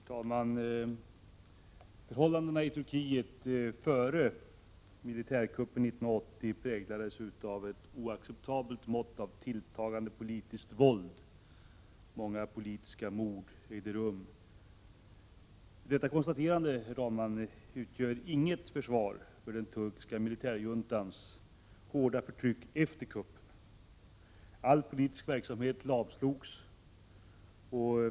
Herr talman! Förhållandena i Turkiet före militärkuppen år 1980 präglades av ett oacceptabelt mått av tilltagande politiskt våld. Många politiska mord ägde rum. Detta konstaterande utgör inget försvar för den turkiska militärjuntans hårda förtryck efter kuppen. All politisk verksamhet lamslogs.